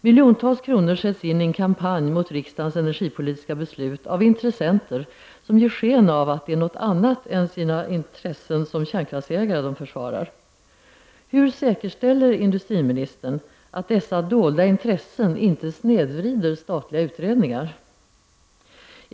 Miljontals kronor sätts in i en kampanj mot riksdagens energipolitiska beslut av intressenter som ger sken av att det är något annat än sina intressen som kärnkraftsägare de försvarar. Hur säkerställer industriministern att dessa dolda intressen inte snedvrider statliga utredningar?